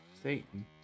Satan